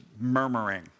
Murmuring